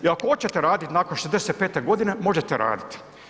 I ako oćete radit nakon 65.g. možete radit.